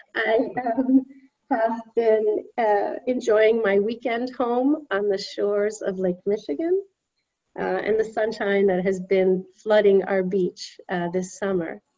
i have been ah enjoying my weekend home on the shores of lake michigan and the sunshine that has been flooding our beach this summer.